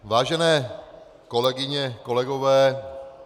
Vážené kolegyně, kolegové.